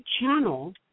channel